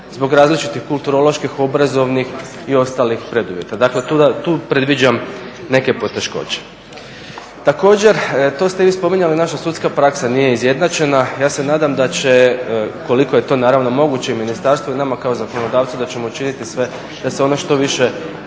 zbog različitih kulturoloških, obrazovanih i ostalih preduvjeta, dakle tu predviđam neke poteškoće. Također tu ste vi spominjali naša sudska praksa nije izjednačena, ja se nadam da će koliko je naravno moguće i nama kao zakonodavcu da ćemo učiniti sve da se ono što više